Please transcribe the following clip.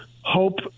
hope